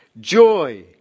Joy